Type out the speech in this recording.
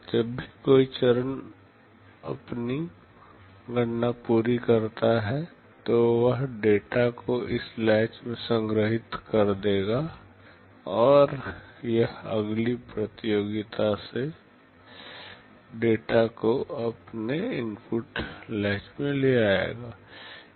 जब भी कोई चरण अपनी गणना पूरी करता है तो वह डेटा को इस लेच में संग्रहीत कर देगा और यह अगली प्रतियोगिता से डेटा को अपने इनपुट लेच में ले जाएगा